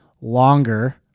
longer